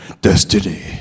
destiny